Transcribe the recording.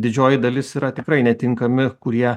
didžioji dalis yra tikrai netinkami kurie